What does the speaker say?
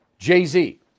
Jay-Z